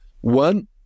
one